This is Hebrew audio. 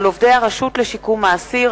על עובדי הרשות לשיקום האסיר),